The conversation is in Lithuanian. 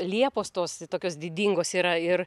liepos tos tokios didingos yra ir